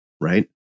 right